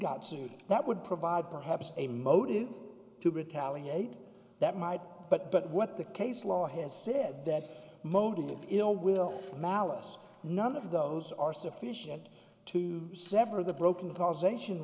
sued that would provide perhaps a motive to retaliate that might but but what the case law has said that motive of ill will malice none of those are sufficient to sever the broken causation